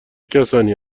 کسانی